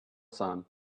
sun